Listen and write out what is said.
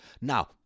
Now